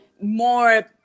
more